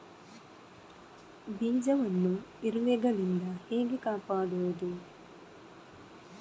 ಬೀಜವನ್ನು ಇರುವೆಗಳಿಂದ ಹೇಗೆ ಕಾಪಾಡುವುದು?